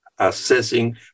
assessing